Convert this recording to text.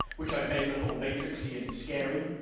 which i've made look all matrix-y and scary,